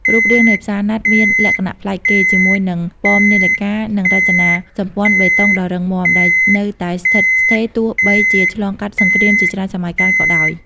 រូបរាងនៃផ្សារណាត់មានលក្ខណៈប្លែកគេ ជាមួយនឹងប៉មនាឡិកា និងរចនាសម្ព័ន្ធបេតុងដ៏រឹងមាំ ដែលនៅតែស្ថិតស្ថេរទោះបីជាឆ្លងកាត់សង្គ្រាមជាច្រើនសម័យកាលក៏ដោយ។